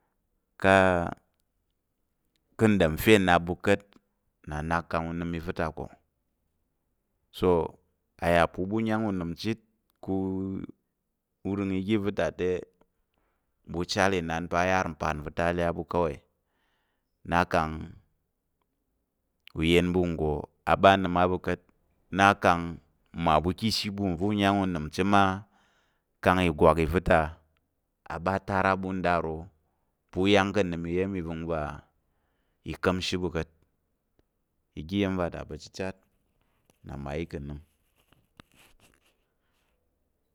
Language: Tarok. Ká̱ á ka̱ n ɗom fe nnap ɓu ka̱t nna nak kang u nəm i va̱ ta, toh a yà pa̱ u ɓa yang unəm chit kang u rəng oga i va̱ ta, ɓu chal inan pa̱ ayar oga mpat n va̱ ta a le á ɓu kawai nna kang uyen ɓu nggo a ɓa a nəm á ɓu ka̱t nna kang mmaɓu ká̱ ishi ɓu u ɓa u yang unəm chit ma, kang ìgwak iva̱ ta a ɓa a tar á ɓu nda nro pa̱ u yang ká̱ nəm iya̱m iva̱ngva i ɓa i ka̱m ishi ɓu ka̱t oga iya̱m iva̱ ta nna mmayi ka̱ nəm,